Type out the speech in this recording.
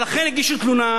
ולכן הגישו תלונה,